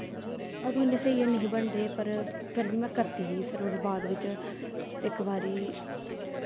अदूं इन्ने स्हेई हैनी हे बनदे पर फिर बी में करदी ही फिर ओह्दे बाद बिच्च इक बारी